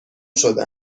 شده